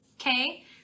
okay